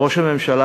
ראש הממשלה,